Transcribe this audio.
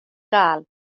gael